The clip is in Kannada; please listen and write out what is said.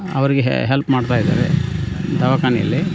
ಅವ್ರಿಗೆ ಹೆಲ್ಪ್ ಮಾಡ್ತಾ ಇದ್ದಾರೆ ದವಾಖಾನೆಯಲ್ಲಿ